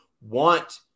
want